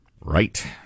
Right